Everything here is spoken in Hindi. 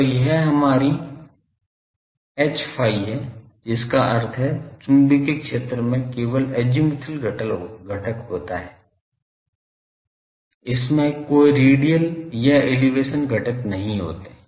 तो यह हमारी H phi है जिसका अर्थ है चुंबकीय क्षेत्र में केवल अज़ीमुथल घटक होता है इसमें कोई रेडियल या एलिवेशन घटक नहीं होते हैं